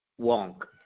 wonk